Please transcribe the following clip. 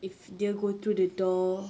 if dia go through the door